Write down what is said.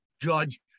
judge